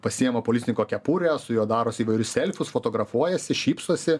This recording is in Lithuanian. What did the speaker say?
pasiima policininko kepurę su juo darosi įvairius selfius fotografuojasi šypsosi